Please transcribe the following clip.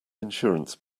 insurance